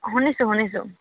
শুনিছোঁ শুনিছোঁ